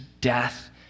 death